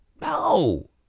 No